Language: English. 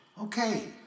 Okay